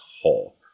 Hall